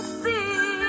see